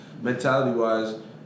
mentality-wise